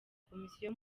komisiyo